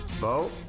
bo